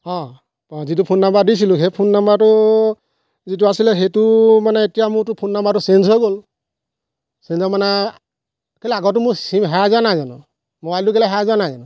অঁ যিটো phone number দিছিলোঁ সেই ফোন নাম্বাৰটো যিটো আছিলে সেইটো মানে এতিয়া মোৰটো ফোন নাম্বাৰটো চেঞ্জ হৈ গ'ল চেঞ্জ হৈ গ'ল মানে কেলেই আগৰটো মোৰ চিম হেৰাই যোৱা নাই জানো মবাইলটো কেলেই হেৰাই যোৱা নাই জানো